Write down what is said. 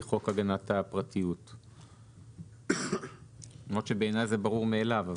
חוק הגנת הפרטיות למרות שבעיניי זה ברור מאליו.